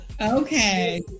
Okay